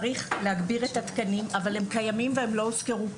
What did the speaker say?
צריך להגביר את התקנים אבל הם קיימים והם לא הוזכרו פה.